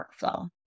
workflow